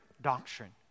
doctrine